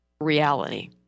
reality